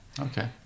Okay